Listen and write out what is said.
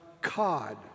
Cod